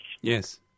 Yes